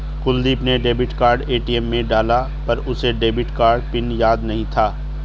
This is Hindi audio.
कुलदीप ने डेबिट कार्ड ए.टी.एम में डाला पर उसे डेबिट कार्ड पिन याद नहीं था